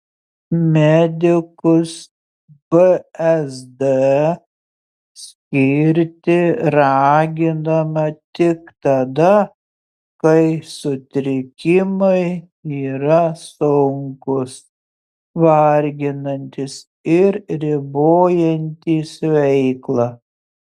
medikus bzd skirti raginama tik tada kai sutrikimai yra sunkūs varginantys ir ribojantys veiklą